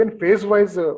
phase-wise